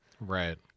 Right